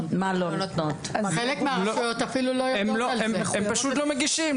הם פשוט לא מגישים.